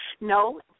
No